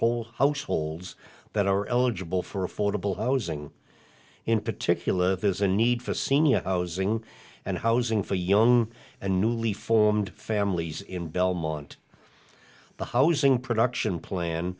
whole households that are eligible for affordable housing in particular has a need for senior housing and housing for young and newly formed families in belmont the housing production plan